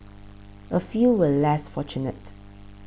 a few were less fortunate